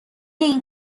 این